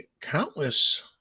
countless